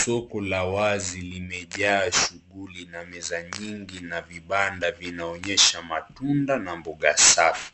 Soko la wazi limejaa shughuli na meza nyingi na vibanda vinaonyesha matunda na mboga safi.